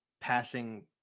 passing